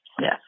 Yes